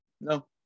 No